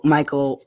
Michael